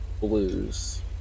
Blues